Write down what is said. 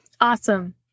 Awesome